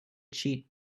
cheat